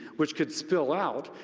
which could spill out,